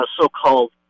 so-called